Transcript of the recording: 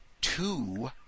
two